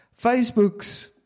Facebook's